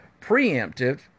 preemptive